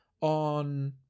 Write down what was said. on